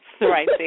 Right